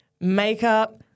makeup